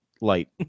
light